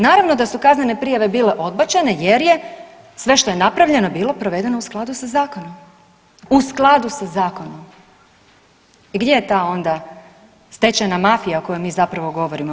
Naravno da su kaznene prijave bile odbačene jer je sve što je napravljeno bilo provedeno u skladu sa zakonom, u skladu sa zakonom i gdje je ta onda stečajna mafija o kojoj mi zapravo govorimo?